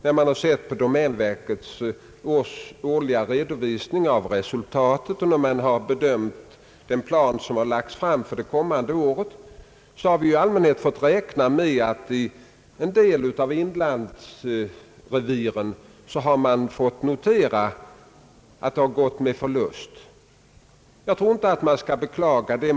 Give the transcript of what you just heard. När vi sett domänverkets årliga redovisning av resultatet och när vi bedömt den plan som lagts fram för det kommande året har vi i allmänhet fått räkna med att verksamheten i en del av inlandsreviren har gått med förlust. Jag tror inte att man skall beklaga det.